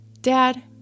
Dad